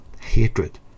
hatred